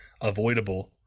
avoidable